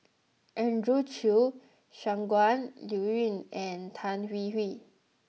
Andrew Chew Shangguan Liuyun and Tan Hwee Hwee